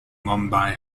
mumbai